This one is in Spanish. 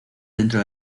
dentro